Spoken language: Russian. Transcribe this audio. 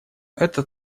эта